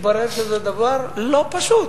התברר שזה דבר לא פשוט: